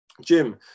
Jim